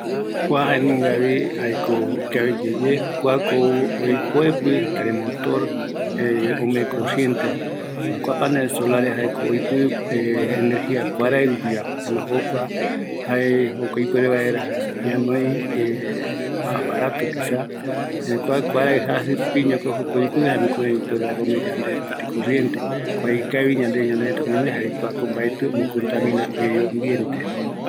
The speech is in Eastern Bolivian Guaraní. Kua kuaraɨ rupi ome yandeve electricidad, kua jae yaiporu vaera kuaraɨ ajɨ, jeta kuanunga oiporu va, kua mbaetɨ jepɨ ete, jare kuarupi yamborɨ ikavi vaera yandeɨvɨ